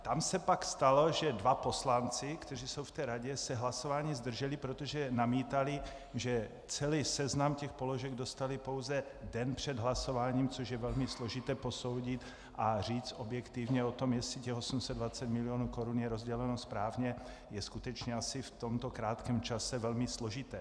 Tam se pak stalo, že dva poslanci, kteří jsou v té radě, se hlasování zdrželi, protože namítali, že celý seznam těch položek dostali pouze den před hlasováním, což je velmi složité posoudit, a říct objektivně o tom, jestli těch 820 mil. korun je rozděleno správně, je skutečně asi v tomto krátkém čase velmi složité.